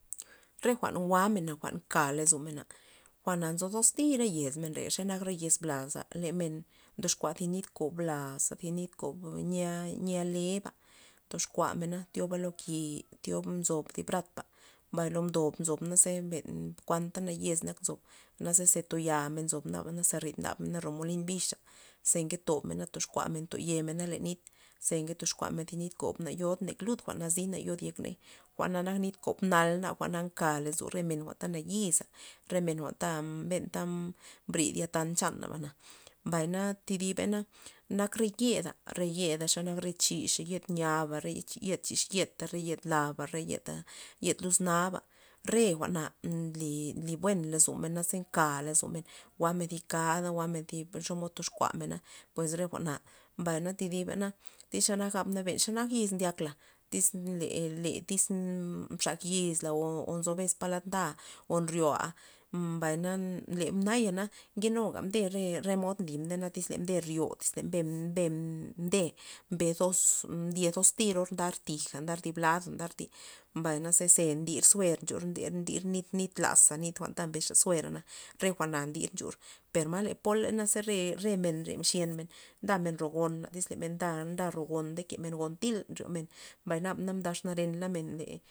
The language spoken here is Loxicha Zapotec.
Re jwa'n jwa'mena jwa'n nka lozomena jwa'na nzo toztita yez men reya xe nak re yez blaza, le men dyoxkua thi nit kob laza, thi nit kob yi'a- yi'a yi'a leba toxkuamena thioba lo ki' thiob nzob thib brata mbay lo mdob nzo thib bratana na ze kuanta nayex nak nzob na ze to yamen nzo nabana ze rid ndab mena ro molin bix, ze nketomena ze nke toxkuamena toyemena len nit ze nke toxkuamen thi nit kob naba na yod lud jwa'n nazi na lud yek ney jwa'na nak nit kob nal nabana nka lozo re men ta nayiza re men jwa'n benta mm- mbrid yatan chanaba, mbay na thi diba na nak re yeda xa nak yed chix yed nyaba re yed chixyeta re yed laba re yed luz naba, re jwa'na nly- nly buen lozomen naze nka lozomen jwa'men thi kada jwa'men thib xomod toxkuamena pues re jwana, mbay thi diba na iz len xe nak yiz ndyak la tyz le- le tyz mxak yizla o nzo bes palad nda o nryo mbayna le naya na nkete nuga re mde re mod nli na tyz re mde ryo o tyz mde mbe mbe zo ndye toz tira ndar tija ndar thib lada mbay na ze- ze ndir suer nchur ndir- ndir nit laza nit jwa'nta mbesxa suera, re jwa'na ndir nxur per ma na pola re men mxyen men nda men ro gona le men da- nda ro gon nde kemen gon thil men mbay naba na mdamen exnaren le.